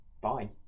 Bye